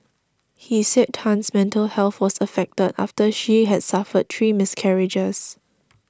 he said Tan's mental health was affected after she had suffered three miscarriages